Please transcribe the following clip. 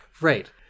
Right